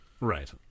Right